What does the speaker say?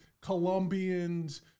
Colombians